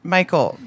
Michael